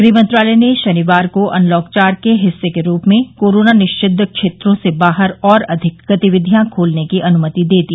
गृह मंत्रालय ने शनिवार को अनलॉक चार के हिस्से के रूप में कोरोना निषिद्व क्षेत्रों से बाहर और अधिक गतिविधियां खोलने की अनुमति दी थी